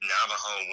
Navajo